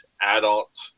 adult